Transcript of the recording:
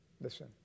Listen